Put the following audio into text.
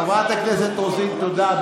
חברת הכנסת רוזין, תודה.